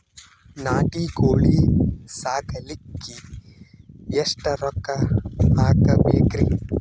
ನಾಟಿ ಕೋಳೀ ಸಾಕಲಿಕ್ಕಿ ಎಷ್ಟ ರೊಕ್ಕ ಹಾಕಬೇಕ್ರಿ?